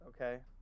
okay